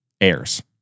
heirs